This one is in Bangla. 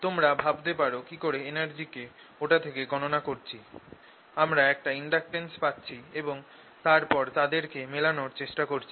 তোমরা ভাবতে পারো কিকরে energy কে ওটা থেকে গণনা করছি আমরা একটা ইন্ডাকটেন্স পাচ্ছি এবং তারপর তাদের কে মেলানর চেষ্টা করছি